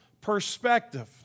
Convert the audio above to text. perspective